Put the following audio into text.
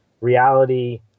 reality